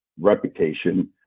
reputation